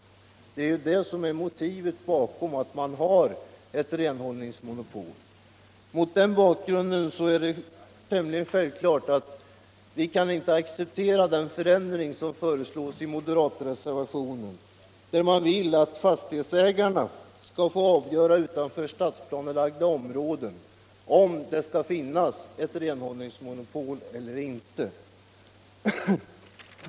Det är det som är motivet för att man har ett renhållningsmonopol. Mot den bakgrunden är det tämligen självklart att vi inte kan acceptera Den kommunala den förändring som föreslås i moderatreservationen, nämligen att fastighetsägarna skall få avgöra om det utanför stadsplanelagda områden skall finnas ett renhållningsmonopol eller inte.